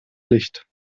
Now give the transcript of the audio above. licht